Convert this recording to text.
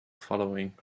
following